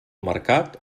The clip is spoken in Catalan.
mercat